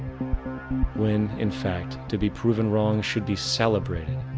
when in fact to be proven wrong should be celebrated.